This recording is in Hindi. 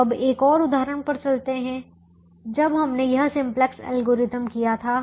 तो अब एक और उदाहरण पर चलते हैं जब हमने यह सिम्प्लेक्स एल्गोरिथम किया था